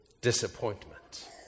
disappointment